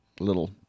Little